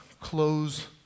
close